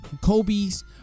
kobe's